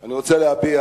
אני רוצה להביע